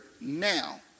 now